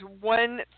one